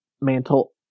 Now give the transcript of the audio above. mantle